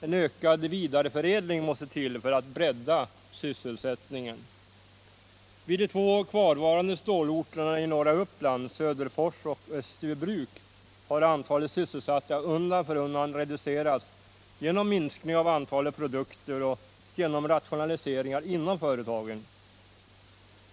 En ökad vidareförädling måste till för att bredda sysselsättningen. Vid de två kvarvarande stålorterna i norra Uppland, Söderfors och Österbybruk, har antalet sysselsatta undan för undan reducerats genom minskning av antalet produkter och genom rationaliseringar inom företagen.